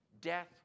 ...death